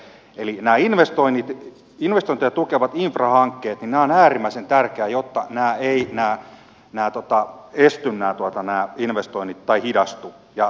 eli nämä investointia tukevat infrahankkeet ovat äärimmäisen tärkeitä jotta hän ei enää näy totta viestinnän investoinnit eivät esty tai hidastu